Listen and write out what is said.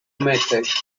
method